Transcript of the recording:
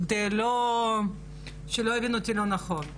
שלא יבינו אותי לא נכון,